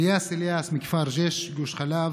אליאס אליאס מכפר ג'ש, גוש חלב,